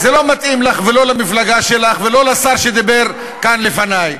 זה לא מתאים לך ולא למפלגה שלך ולא לשר שדיבר כאן לפני.